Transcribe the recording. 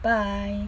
bye